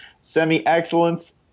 semi-excellence